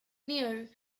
near